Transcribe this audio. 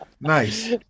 Nice